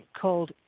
called